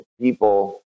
people